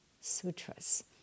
sutras